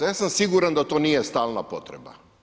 Ja sam siguran da to nije stalna potreba.